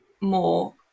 more